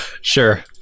Sure